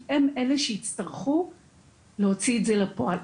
כי הם אלה שיצטרכו להוציא את זה לפועל.